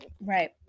Right